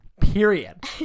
Period